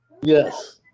Yes